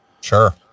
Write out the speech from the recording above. sure